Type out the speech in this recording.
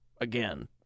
again